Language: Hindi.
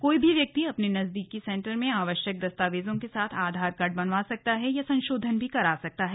कोई भी व्यक्ति अपने नजदीकी सेंटर में आवश्यक दस्तावेजों के साथ आधार कार्ड बनवा सकता है या संशोधन करा सकता है